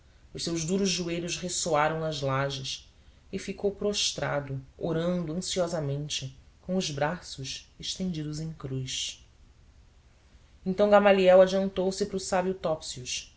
os seus duros joelhos ressoaram nas lajes e ficou prostrado orando ansiosamente com os braços estendidos em cruz então gamaliel adiantou-se para o sábio